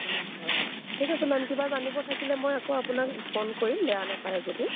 হয় হয় ঠিক আছে মেম কিবা জানিব থাকিলে মই আকৌ আপোনাক ফোন কৰিম বেয়া নাপায় যদি